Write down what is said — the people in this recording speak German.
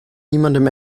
niemandem